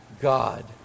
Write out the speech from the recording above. God